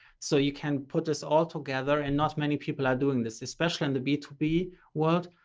so you can put this all together and not many people are doing this, especially in the b two b world.